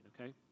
okay